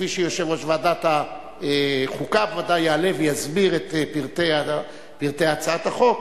כפי שיושב-ראש ועדת החוקה ודאי יעלה ויסביר את פרטי הצעת החוק.